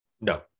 No